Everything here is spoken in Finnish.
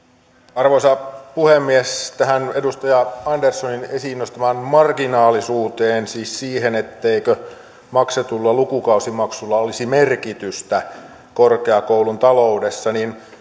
arvoisa puhemies tähän edustaja anderssonin esiin nostamaan marginaalisuuteen siis siihen etteikö maksetulla lukukausimaksulla olisi merkitystä korkeakoulun taloudessa